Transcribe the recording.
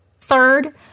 Third